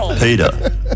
Peter